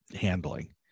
handling